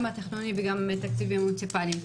גם התכנוני וגם תקציבים מוניציפליים.